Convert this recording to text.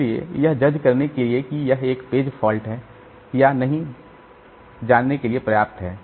इसलिए यह जज करने के लिए कि यह पेज फॉल्ट है या नहीं जानने के लिए पर्याप्त है